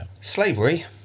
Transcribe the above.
Slavery